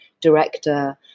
director